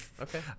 Okay